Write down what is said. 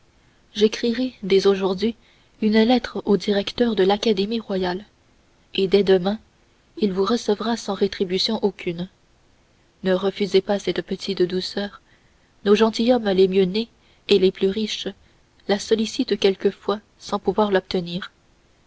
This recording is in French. j'écrirai dès aujourd'hui une lettre au directeur de l'académie royale et dès demain il vous recevra sans rétribution aucune ne refusez pas cette petite douceur nos gentilshommes les mieux nés et les plus riches la sollicitent quelquefois sans pouvoir l'obtenir